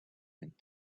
mint